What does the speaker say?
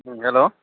hello